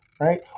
Right